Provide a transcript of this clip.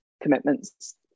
commitments